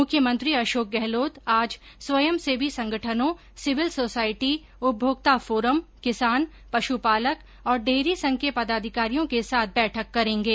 मुख्यमंत्री अशोक गहलोत आज स्वयंसेवी संगठनों सिविल सोसायटी उपभोक्ता फोरम किसान पश्पालक और डेयरी संघ के पदाधिकारियों के साथ बैठक करेंगे